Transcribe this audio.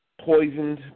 Poisoned